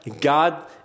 God